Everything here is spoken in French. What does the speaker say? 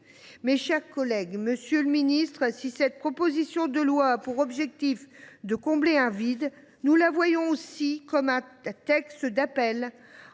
mes chers collègues, si cette proposition de loi a pour objectif de combler un vide, nous la voyons aussi comme un texte d’appel